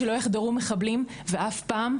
שלא יחדרו מחבלים ואף פעם,